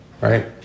right